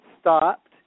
stopped